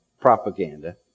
propaganda